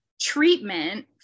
treatment